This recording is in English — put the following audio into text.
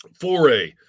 Foray